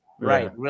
Right